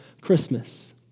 Christmas